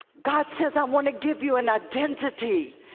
god says i want to give you an identity.